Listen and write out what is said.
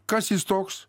kas jis toks